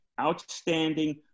outstanding